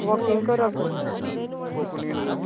walking करप बरें न